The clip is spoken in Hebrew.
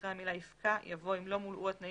אחרי המילה "יפקע" יבוא "אם לא מולאו התנאים